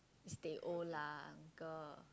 is teh O lah uncle